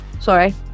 sorry